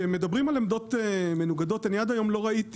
כשמדברים על עמדות מנוגדות אני עד היום לא ראיתי